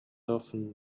often